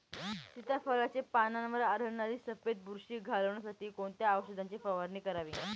सीताफळाचे पानांवर आढळणारी सफेद बुरशी घालवण्यासाठी कोणत्या औषधांची फवारणी करावी?